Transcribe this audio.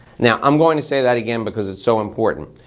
now, i'm going to say that again because it's so important.